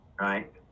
right